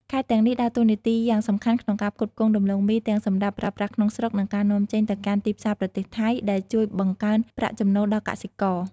ខេត្តទាំងនេះដើរតួនាទីយ៉ាងសំខាន់ក្នុងការផ្គត់ផ្គង់ដំឡូងមីទាំងសម្រាប់ប្រើប្រាស់ក្នុងស្រុក និងការនាំចេញទៅកាន់ទីផ្សារប្រទេសថៃ ដែលជួយបង្កើនប្រាក់ចំណូលដល់កសិករ។